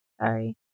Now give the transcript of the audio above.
sorry